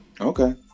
okay